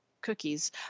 cookies